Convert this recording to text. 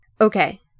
Okay